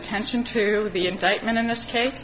attention to the incitement in this case